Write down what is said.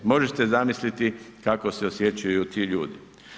Možete zamisliti kako se osjećaju ti ljudi.